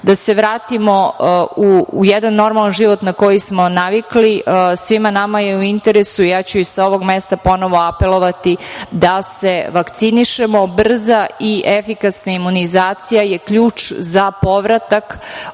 da se vratimo u jedan normalan život na koji smo navikli. Svima nama je u interesu, ja ću i sa ovog mesta ponovo apelovati da se vakcinišemo. Brza i efikasna imunizacija je ključ za povratak